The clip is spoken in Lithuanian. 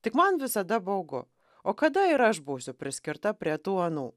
tik man visada baugu o kada ir aš būsiu priskirta prie tų anų